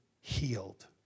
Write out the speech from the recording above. healed